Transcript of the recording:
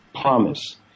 promise